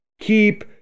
keep